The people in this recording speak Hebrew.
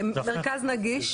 "מרכז נגיש"